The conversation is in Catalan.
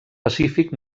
pacífic